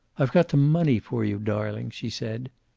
i've got the money for you, darling, she said.